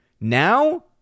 Now